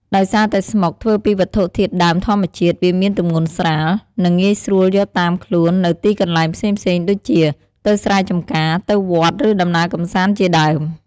ដោយសារតែស្មុកធ្វើពីវត្ថុធាតុដើមធម្មជាតិ វាមានទម្ងន់ស្រាល និងងាយស្រួលយកតាមខ្លួនទៅទីកន្លែងផ្សេងៗដូចជា ទៅស្រែចំការ ទៅវត្ត ឬដំណើរកម្សាន្តជាដើម។